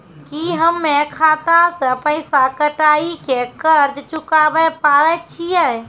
की हम्मय खाता से पैसा कटाई के कर्ज चुकाबै पारे छियै?